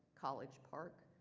college park,